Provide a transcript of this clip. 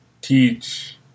teach